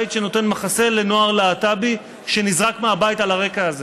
בית שנותן מחסה לנוער להט"בי שנזרק מהבית על הרקע הזה.